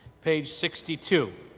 page sixty two,